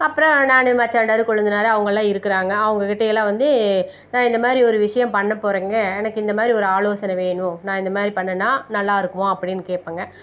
அப்புறம் நான் மச்சானாட்டார் கொழுந்தனார் அவங்கெல்லாம் இருக்கிறாங்க அவங்க கிட்டேயெல்லாம் வந்து நான் இந்த மாதிரி ஒரு விஷயம் பண்ண போகிறேங்க எனக்கு இந்த மாதிரி ஒரு ஆலோசனை வேணும் நான் இந்த மாதிரி பண்ணின்னா நல்லாயிருக்குமா அப்படின்னு கேட்பேங்க